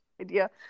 idea